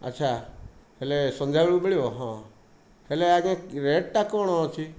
ଆଚ୍ଛା ହେଲେ ସନ୍ଧ୍ୟା ବେଳକୁ ମିଳିବ ହଁ ହେଲେ ଆଜ୍ଞା ରେଟ୍ଟା କଣ ଅଛି